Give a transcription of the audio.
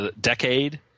decade –